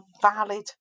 valid